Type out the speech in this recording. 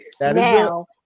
now